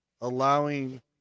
allowing